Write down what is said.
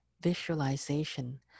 visualization